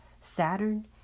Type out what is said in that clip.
Saturn